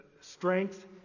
strength